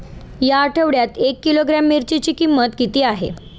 या आठवड्यात एक किलोग्रॅम मिरचीची किंमत किती आहे?